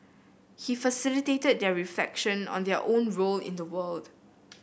he facilitated their reflection on their own role in the world